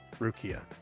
Rukia